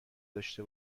داشته